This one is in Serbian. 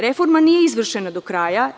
Reforma nije izvršena do kraja.